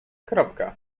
kropka